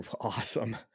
awesome